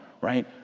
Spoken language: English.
right